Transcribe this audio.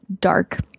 dark